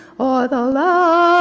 ah the law